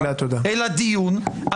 אלא דיון,